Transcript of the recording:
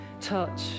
touch